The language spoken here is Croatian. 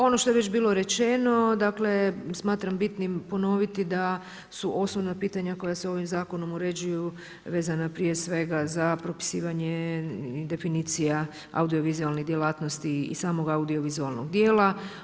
Ono što je već bilo rečeno, smatram bitnim ponoviti da su osnovna pitanja koja se ovim zakonom uređuju vezana prije svega za propisivanje definicija audiovizualnih djelatnosti i samog audiovizualnog djela.